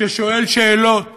ששואל שאלות,